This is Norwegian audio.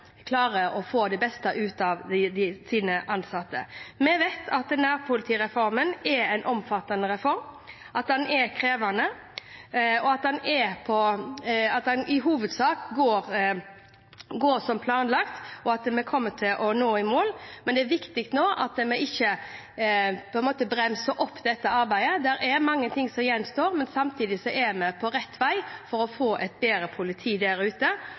klarer å få det beste ut av sine ansatte. Vi vet at nærpolitireformen er en omfattende reform, at den er krevende, at den i hovedsak går som planlagt, og at vi kommer til å komme i mål, men det er viktig at vi nå ikke bremser opp dette arbeidet. Det er mange ting som gjenstår, men samtidig er vi på rett vei for å få et bedre politi der ute.